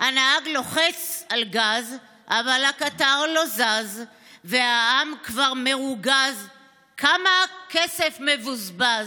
/ הנהג לוחץ על גז / אבל הקטר לא זז / והעם כבר מרוגז / כמה כסף מבוזבז.